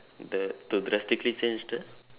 the to drastically change the